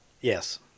Yes